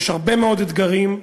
יש הרבה מאוד אתגרים: